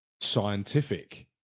scientific